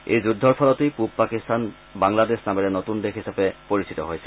এই যুদ্ধৰ ফলতেই পূৱ পাকিস্তান বাংলাদেশ নামেৰে নতুন দেশ হিচাপে পৰিচিত হৈছিল